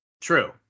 True